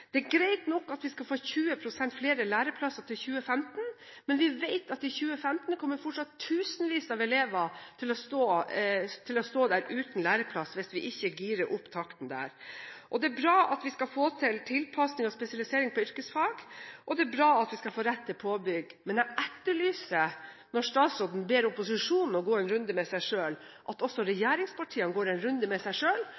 Det er greit nok at vi skal få 20 pst. flere læreplasser innen 2015, men vi vet at i 2015 kommer fortsatt tusenvis av elever til å stå uten læreplass hvis vi ikke girer opp takten. Det er bra at vi skal få til tilpassing og spesifisering innen yrkesfagene, og det er bra at man skal få rett til påbygging. Men når statsråden ber opposisjonen gå en runde med seg selv, etterlyser jeg at også